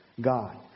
God